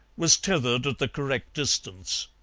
was tethered at the correct distance.